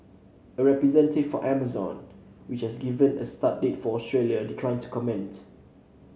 a representative for Amazon which has never given a start date for Australia declined to comment